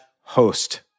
host